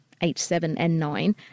H7N9